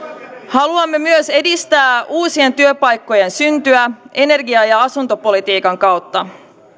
myötä haluamme myös edistää uusien työpaikkojen syntyä energia ja asuntopolitiikan kautta